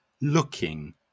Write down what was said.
looking